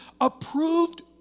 approved